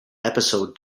episode